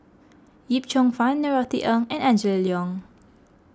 Yip Cheong Fun Norothy Ng and Angela Liong